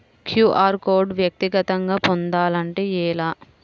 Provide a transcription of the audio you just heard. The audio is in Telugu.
క్యూ.అర్ కోడ్ వ్యక్తిగతంగా పొందాలంటే ఎలా?